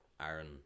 Aaron